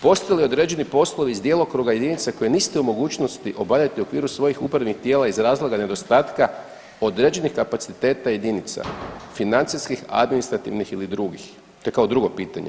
Postoje li određeni poslovi iz djelokruga jedinice koje nisu u mogućnosti obavljati u okviru svojih upravnih tijela iz razloga nedostatka određenih kapaciteta jedinica, financijskih, administrativnih ili drugih, to je kao drugo pitanje.